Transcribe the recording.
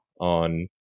on